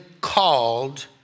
called